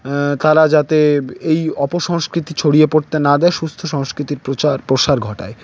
তারা যাতে এই অপসংস্কিতি ছড়িয়ে পড়তে না দেয় সুস্থ সংস্কৃতির প্রচার প্রসার ঘটায়